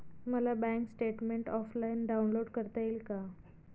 मला bank statement offline download करता येईल का?